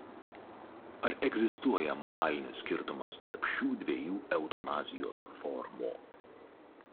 ar egzistuoja moralinis skirtumas tarp šių dviejų eutanazijos formų